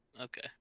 Okay